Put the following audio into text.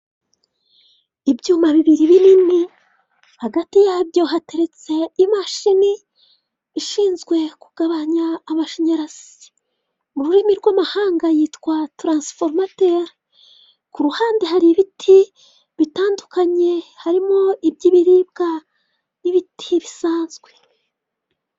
Ibyuma bibiri binini hagati yabyo hateretse imashini ishinzwe kugabanya amashanyarazi, mu rurimi rw'amahanga yitwa taransifomati kuru ruhande hari ibiti bitandukanye harimo iby'ibiribwa n'ibiti bisanzwe.